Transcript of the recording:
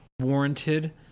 warranted